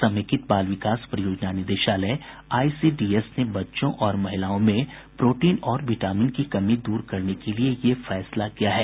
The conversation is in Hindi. समेकित बाल विकास परियोजना निदेशालय आईसीडीएस ने बच्चों और महिलाओं में प्रोटीन और विटामिन की कमी दूर करने के लिये यह फैसला किया है